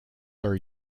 are